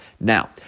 Now